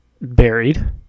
buried